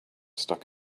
stuck